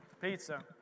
Pizza